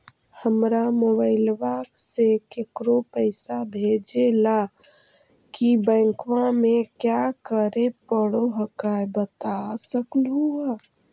हमरा मोबाइलवा से केकरो पैसा भेजे ला की बैंकवा में क्या करे परो हकाई बता सकलुहा?